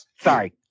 sorry